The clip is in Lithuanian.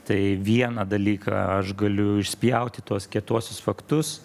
tai vieną dalyką aš galiu išspjauti tuos kietuosius faktus